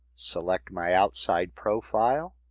select my outside profile.